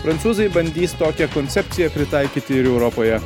prancūzai bandys tokią koncepciją pritaikyti ir europoje